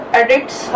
edits